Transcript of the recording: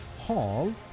hall